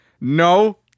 no